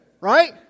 Right